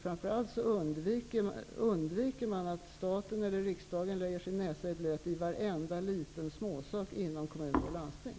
Framför allt undviker man på så sätt att staten eller riksdagen lägger sin näsa i blöt i varenda liten småsak inom kommun och landsting.